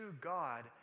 God